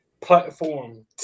platform